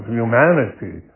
humanity